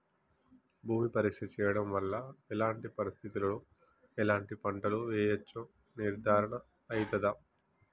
భూమి పరీక్ష చేయించడం వల్ల ఎలాంటి పరిస్థితిలో ఎలాంటి పంటలు వేయచ్చో నిర్ధారణ అయితదా?